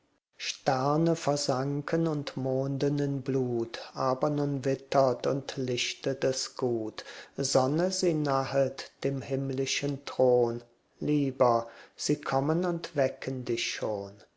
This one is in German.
sterne versanken und monden in blut aber nun wittert und lichtet es gut sonne sie nahet dem himmlischen thron lieber sie kommen und wecken dich schon